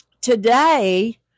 Today